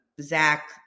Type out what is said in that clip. Zach